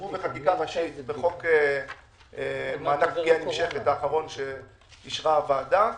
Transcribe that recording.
אושרו בחקיקה ראשית בחוק מענק פגיעה נמשכת האחרון שאישרה הוועדה,